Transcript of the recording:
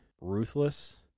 ruthless